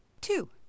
Two